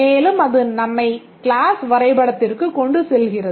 மேலும் அது நம்மை க்ளாஸ் வரைபடத்திற்கு கொண்டு செல்கிறது